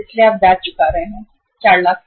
इसलिए आप ब्याज चुका रहे हैं 4 लाख पर